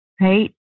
right